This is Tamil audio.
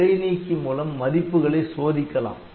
பிழை நீக்கி மூலம் மதிப்புகளை சோதிக்கலாம்